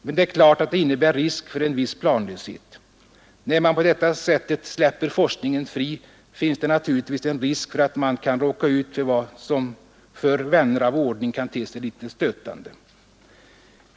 Men det är klart att det innebär risk för en viss planlöshet. När man på detta sättet släpper forskningen fri, finns det naturligtvis en risk för att man kan råka ut för vad som för ”vänner av ordning” kan te sig litet stötande.